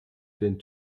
den